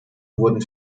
wurden